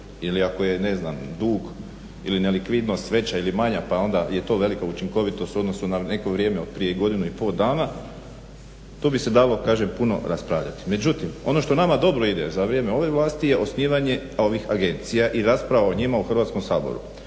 ili ako je ne znam dug ili nelikvidnost veća ili manja, pa onda je to velika učinkovitost u odnosu na neko vrijeme od prije godinu i pol dana. Tu bi se dalo, kažem puno raspravljati. Međutim, ono što nama dobro ide za vrijeme ove vlasti je osnivanje ovih agencija i rasprava o njima u Hrvatskom saboru.